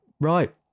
right